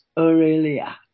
Aurelia